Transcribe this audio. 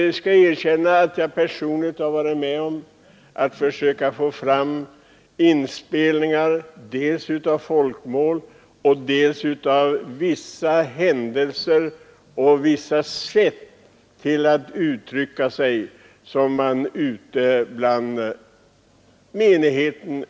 Jag skall erkänna att jag personligen har varit med om att försöka få fram inspelningar som man gjort ute bland menigheten av folkmål, av uttryckssätt och av vissa händelser.